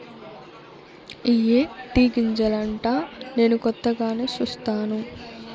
ఇయ్యే టీ గింజలంటా నేను కొత్తగానే సుస్తాను